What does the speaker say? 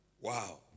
Wow